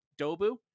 Dobu